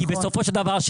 כי בסופו של דבר,